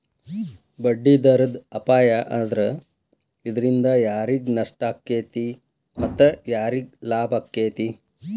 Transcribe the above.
ಬಡ್ಡಿದರದ್ ಅಪಾಯಾ ಆದ್ರ ಇದ್ರಿಂದಾ ಯಾರಿಗ್ ನಷ್ಟಾಕ್ಕೇತಿ ಮತ್ತ ಯಾರಿಗ್ ಲಾಭಾಕ್ಕೇತಿ?